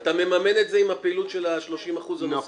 אתה מממן את זה עם הפעילות של ה-30% הנוספים?